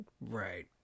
right